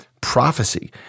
prophecy